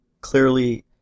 clearly